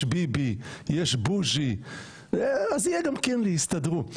יש ביבי, יש בוז'י, אז יהיה גם קינלי, יסתדרו.